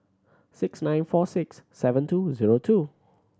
six nine four six seven two zero two